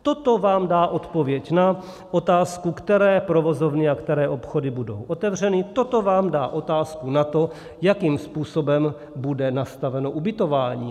Toto vám dá odpověď na otázku, které provozovny a které obchody budou otevřeny, toto vám dá odpověď na to, jakým způsobem bude nastaveno ubytování.